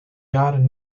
jaren